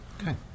Okay